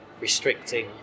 restricting